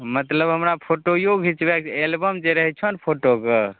मतलब हमरा फोटेए घिचबैके एलबम जे रहै छऽ ने फोटोके